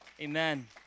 amen